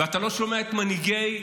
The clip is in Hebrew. ואתה לא שומע את מנהיגי הקואליציה,